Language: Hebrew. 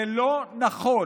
זה לא נכון.